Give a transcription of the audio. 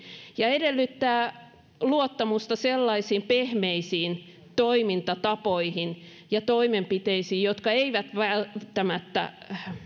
ja edellyttää luottamusta sellaisiin pehmeisiin toimintatapoihin ja toimenpiteisiin jotka eivät